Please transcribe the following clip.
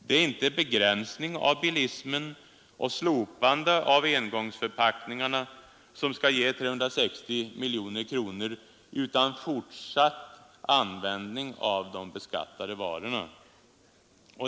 Det är inte begränsning av bilismen och slopande av engångsförpackningarna som skall ge 360 miljoner kronor utan fortsatt användning av de beskattade varorna.